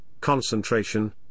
concentration